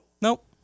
Nope